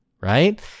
right